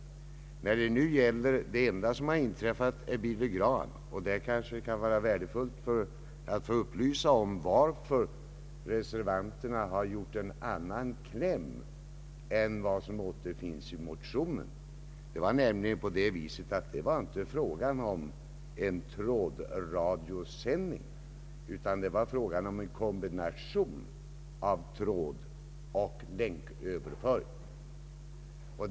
Det enda som nu har inträffat är frågan om överföringen av Billy Grahams gudstjänster från Västtyskland, Det kan kanske vara värdefullt för kammarens ledamöter att få reda på varför reservanterna har kommit med en annan kläm än som återfinns i de föreliggande motionerna. Det var nämligen i detta fall inte fråga om en trådsändning, utan om en kombination av trådoch länköverföring.